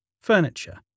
furniture